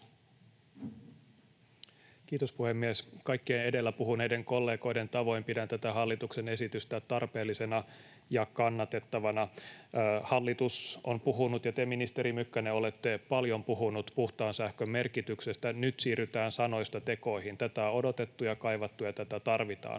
Kiitos, puhemies! Kaikkien edellä puhuneiden kollegoiden tavoin pidän tätä hallituksen esitystä tarpeellisena ja kannatettavana. Hallitus on puhunut ja te, ministeri Mykkänen, olette paljon puhunut puhtaan sähkön merkityksestä, ja nyt siirrytään sanoista tekoihin. Tätä on odotettu ja kaivattu, ja tätä tarvitaan.